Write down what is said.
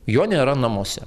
jo nėra namuose